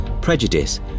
prejudice